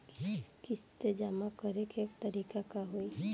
किस्त जमा करे के तारीख का होई?